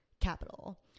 capital